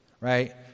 right